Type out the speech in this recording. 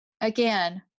Again